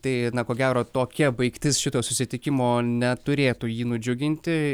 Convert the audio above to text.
tai ko gero tokia baigtis šito susitikimo neturėtų jį nudžiuginti